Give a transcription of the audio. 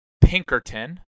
Pinkerton